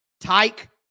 Tyke